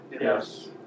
Yes